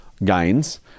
gains